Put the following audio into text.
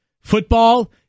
football